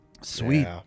Sweet